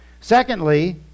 Secondly